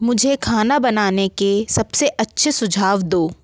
मुझे खाना बनाने के सबसे अच्छे सुझाव दो